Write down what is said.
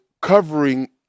covering